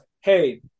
hey